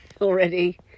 already